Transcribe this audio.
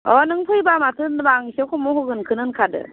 अ नों फैबा माथो होनबा आं एसे कमाव होगोनखौनो होनखादों